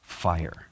fire